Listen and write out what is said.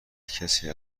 کسی